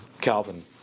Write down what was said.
Calvin